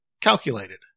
calculated